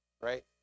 right